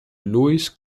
louis